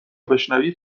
بشنوید